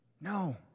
No